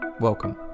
Welcome